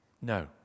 No